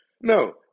no